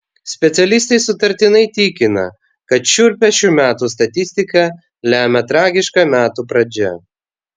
specialistai sutartinai tikina kad šiurpią šių metų statistiką lemia tragiška metų pradžia